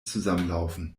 zusammenlaufen